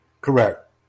Correct